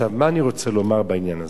עכשיו, מה אני רוצה לומר בעניין הזה?